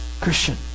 Christian